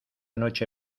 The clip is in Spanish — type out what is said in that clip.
noche